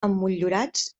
emmotllurats